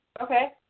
Okay